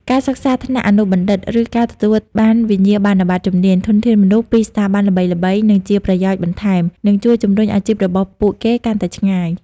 ការសិក្សាថ្នាក់អនុបណ្ឌិត ឬការទទួលបានវិញ្ញាបនបត្រជំនាញ ធនធានមនុស្ស ពីស្ថាប័នល្បីៗ នឹងជាប្រយោជន៍បន្ថែម និងជួយជំរុញអាជីពរបស់ពួកគេកាន់តែឆ្ងាយ។